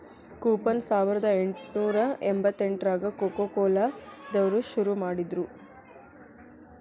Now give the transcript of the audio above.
coupon ಸಾವರ್ದಾ ಎಂಟ್ನೂರಾ ಎಂಬತ್ತೆಂಟ್ರಾಗ ಕೊಕೊಕೊಲಾ ದವ್ರು ಶುರು ಮಾಡಿದ್ರು